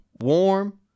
warm